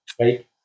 right